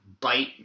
bite –